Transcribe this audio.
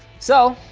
so,